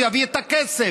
שיביא את הכסף.